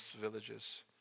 villages